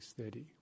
steady